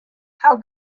how